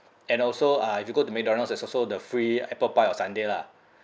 and also uh if you go to mcdonald's there's also the free apple pie or sundae lah